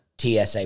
TSA